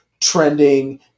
trending